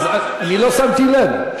אז אני לא שמתי לב,